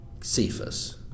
Cephas